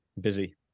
Busy